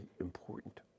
important